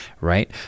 right